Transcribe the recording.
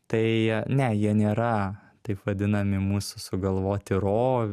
tai ne jie nėra taip vadinami mūsų sugalvoti ro